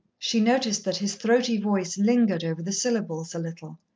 she noticed that his throaty voice lingered over the syllables a little.